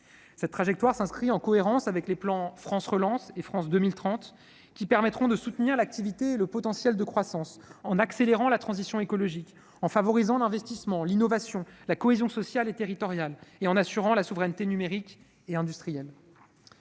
Cette trajectoire s'inscrit en cohérence avec les plans France Relance et France 2030, qui permettront de soutenir l'activité et le potentiel de croissance, en accélérant la transition écologique, en favorisant l'investissement, l'innovation, la cohésion sociale et territoriale et en assurant la souveraineté numérique et industrielle.